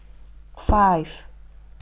five